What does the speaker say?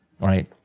right